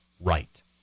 right